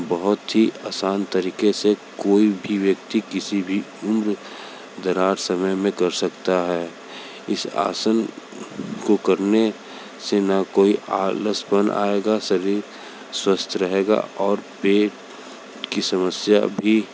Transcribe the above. बहुत ही असान तरीक़े से कोई भी व्यक्ति किसी भी उम्र दराज़ समय में कर सकता है इस आसन को करने से ना कोई आलसपन आएगा शरीर स्वस्थ रहेगा और पेट की समस्या भी